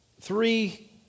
three